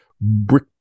brick